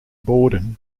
borden